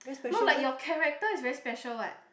no like your character is very special what